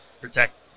protect